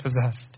possessed